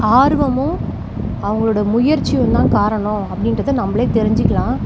ஆர்வமும் அவங்களோட முயற்சியுந்தான் காரணம் அப்படின்றது நம்மளே தெரிஞ்சிக்கலாம்